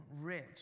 rich